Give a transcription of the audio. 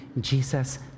Jesus